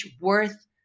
worth